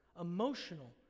emotional